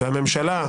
והממשלה,